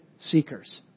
seekers